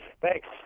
Thanks